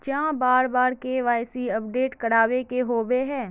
चाँह बार बार के.वाई.सी अपडेट करावे के होबे है?